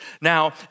Now